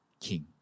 king